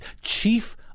chief